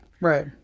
Right